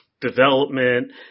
development